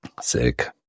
Sick